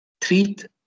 treat